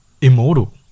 immortal